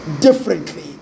differently